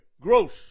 gross